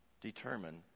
determine